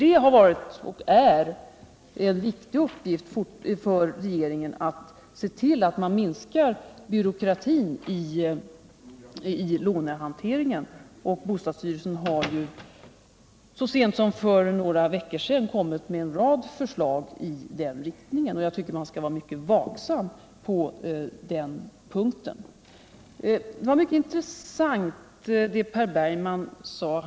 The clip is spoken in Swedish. Det har varit och är en viktig uppgift för regeringen att se till att man minskar byråkratin i lånehanteringen, och bostadsstyrelsen har så sent som för några veckor sedan lagt fram en rad förslag i den riktningen. Jag tycker att man skall vara vaksam på den punkten. Det som Per Bergman sade var mycket intressant.